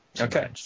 Okay